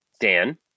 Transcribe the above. Dan